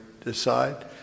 decide